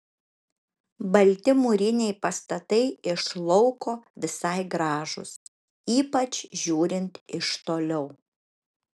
balti mūriniai pastatai iš lauko visai gražūs ypač žiūrint iš toliau